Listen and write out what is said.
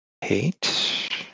Hate